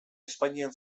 espainian